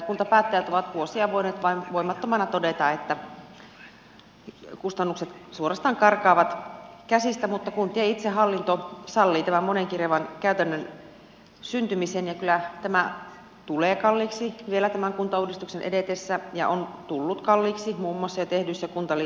kuntapäättäjät ovat vuosia voineet vain voimattomana todeta että kustannukset suorastaan karkaavat käsistä mutta kuntien itsehallinto sallii tämän monenkirjavan käytännön syntymisen ja kyllä tämä tulee kalliiksi vielä tämän kuntauudistuksen edetessä ja on tullut kalliiksi muun muassa jo tehdyissä kuntaliitoksissa